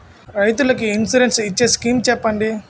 రైతులు కి ఇన్సురెన్స్ ఇచ్చే స్కీమ్స్ చెప్పండి?